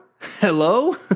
Hello